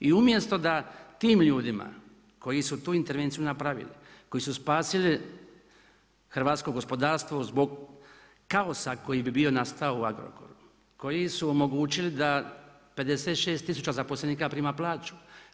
I umjesto da tim ljudima, koji su tu intervenciju napravili, koji su spasili hrvatsko gospodarstvo zbog kaosa koji bi bio nastao u Agrokoru, koji su omogućili da 56000 zaposlenika prima plaću.